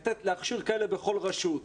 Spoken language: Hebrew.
להכשיר כאלה בכל רשות.